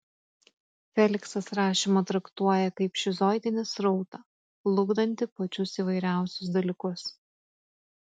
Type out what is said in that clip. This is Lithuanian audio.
feliksas rašymą traktuoja kaip šizoidinį srautą plukdantį pačius įvairiausius dalykus